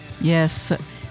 Yes